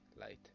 light